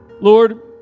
Lord